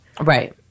Right